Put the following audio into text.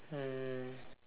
mm